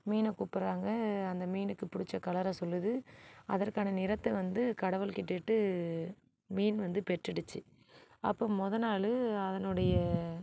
மீனை கூப்பிட்றாங்க அந்த மீனுக்கு பிடிச்ச கலரை சொல்லுது அதற்கானா நிறத்தை வந்து கடவுள் கேட்டுட்டு மீன் வந்து பெற்றுடுச்சு அப்போது மொதல் நாள் அதனுடைய